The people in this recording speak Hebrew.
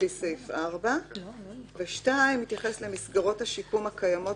לפי סעיף 4". (2) מסגרות השיקום הקיימות